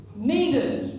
Needed